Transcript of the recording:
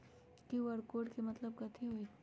QR code के मतलब कथी होई?